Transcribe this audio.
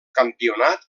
campionat